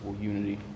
unity